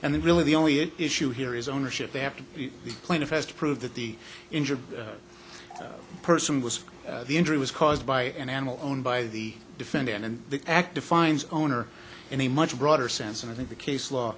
and then really the only issue here is ownership they have to the plaintiff has to prove that the injured person was the injury was caused by an animal owned by the defendant and the act defines owner in a much broader sense and i think the case law